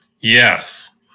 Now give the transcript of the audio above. Yes